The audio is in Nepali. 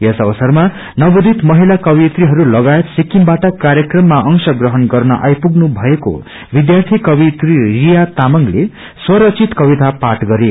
यस अवसरमा नवोदित महिला कवियत्रीहरू लगायत सिकिमबाट कार्यक्रममा अंश ग्रहण गर्न आई पुग्नु भएको विध्यार्थी कवियत्री रिया तामगंले स्वरचित कविता पाठ गरे